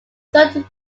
third